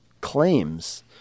claims